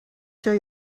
show